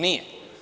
Nije.